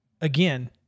again